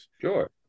Sure